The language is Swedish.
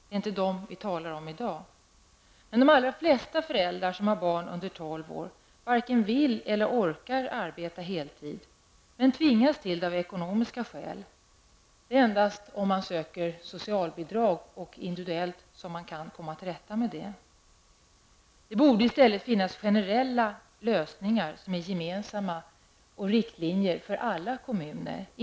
Det är inte dem vi talar om i dag. De allra flesta föräldrar som har barn under 12 år varken vill eller orkar arbeta heltid, men tvingas till det av ekonomiska skäl. Det är endast om man söker socialbidrag individuellt som det går att komma till rätta med det. Det borde i stället finnas generella lösningar och riktlinjer som är gemensamma för alla kommuner.